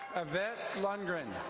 yvette lundgren.